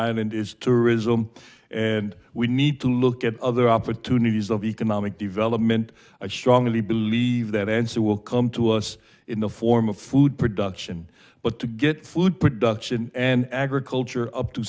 island is tourism and we need to look at other opportunities of economic development i strongly believe that answer will come to us in the form of food production but to get food production and agriculture up to